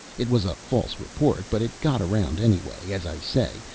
it was a false report, but it got around, anyway, as i say,